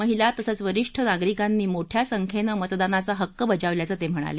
महिला तसंच वरिष्ठ नागरिकांनी मोठया संख्येनं मतदानाचा हक्क बजावल्याचं ते म्हणाले